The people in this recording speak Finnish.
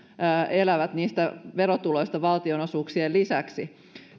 elävät niistä verotuloista valtionosuuksien lisäksi